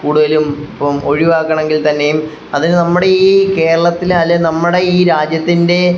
കൂടുതലും ഇപ്പം ഒഴിവാക്കണമെങ്കിൽ തന്നെയും അതിന് നമ്മുടെ ഈ കേരളത്തിൽ അല്ലേൽ നമ്മുടെ ഈ രാജ്യത്തിൻ്റെ